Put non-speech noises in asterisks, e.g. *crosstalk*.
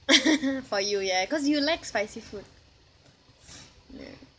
*laughs* for you ya cause you like spicy food *breath* ya